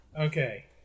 okay